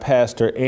Pastor